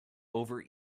over